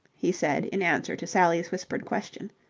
he said in answer to sally's whispered question.